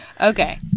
Okay